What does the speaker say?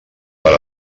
per